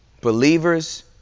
believers